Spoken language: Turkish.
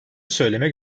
söylemek